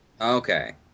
Okay